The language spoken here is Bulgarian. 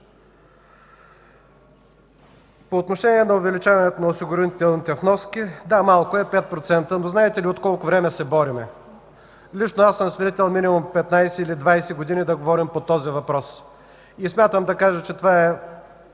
По отношение на увеличаването на осигурителните вноски. Да, малко е 5%, но знаете ли от колко време се борим? Лично аз съм свидетел минимум 15-20 години да говорим по този въпрос. Смятам, че това е